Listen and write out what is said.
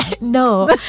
No